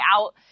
out